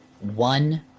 One